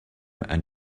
and